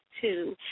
two